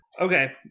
okay